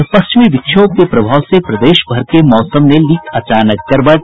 और पश्चिमी विक्षोभ के प्रभाव से प्रदेशभर के मौसम ने ली अचानक करवट